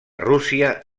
rússia